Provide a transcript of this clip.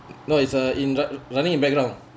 no it's uh in run~ running in background